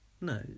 No